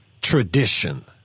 tradition